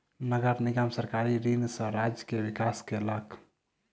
नगर निगम सरकारी ऋण सॅ राज्य के विकास केलक